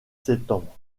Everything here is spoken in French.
septembre